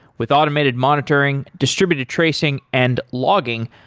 with automated monitoring, distributed tracing and logging,